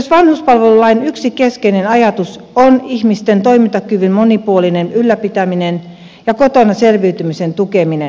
myös vanhuspalvelulain yksi keskeinen ajatus on ihmisten toimintakyvyn monipuolinen ylläpitäminen ja kotona selviytymisen tukeminen